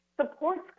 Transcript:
supports